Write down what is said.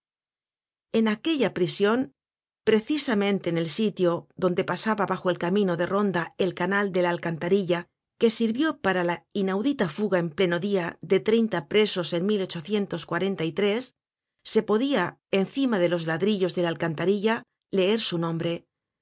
en aquella prision precisamente en el sitio donde pasaba bajo el camino de ronda el canal de la alcantarilla que sirvió para la inaudita fuga en pleno dia de treinta presos en se podia encima de los ladrillos de la alcantarilla leer su nombre